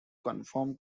confirm